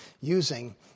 using